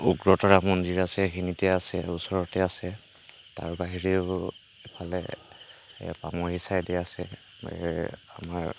উগ্ৰতাৰা মন্দিৰ আছে সেইখিনিতে আছে ওচৰতে আছে তাৰ বাহিৰেও ইফালে পামহি চাইদে আছে আমাৰ